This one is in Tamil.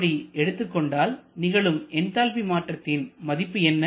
அப்படி எடுத்துக் கொண்டால் நிகழும் என்தால்பி மாற்றத்தின் மதிப்பு என்ன